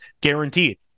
guaranteed